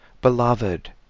Beloved